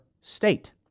state